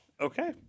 Okay